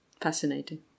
fascinating